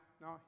No